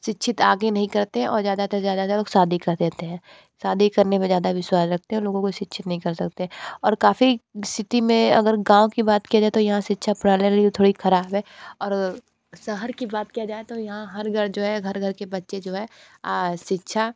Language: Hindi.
शिक्षित आगे नहीं करते हैं और ज़्यादातर ज़्यादातर लोग शादी कर देते हैं शादी करने पर ज़्यादा विश्वास रखते हैं लोगों को शिक्षित नहीं कर सकते और काफ़ी सिटी में अगर गाँव की बात किया जाए तो यहाँ शिक्षा प्रणाली थोड़ी ख़राब है और शहर की बात किया जाए तो यहाँ हर घर जो है घर घर के बच्चे जो है शिक्षा